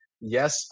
Yes